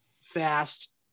fast